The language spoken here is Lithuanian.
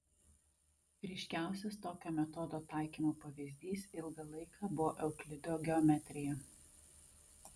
ryškiausias tokio metodo taikymo pavyzdys ilgą laiką buvo euklido geometrija